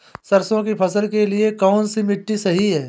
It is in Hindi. सरसों की फसल के लिए कौनसी मिट्टी सही हैं?